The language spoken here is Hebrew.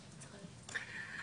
כלומר זו שאלה שגם עולה,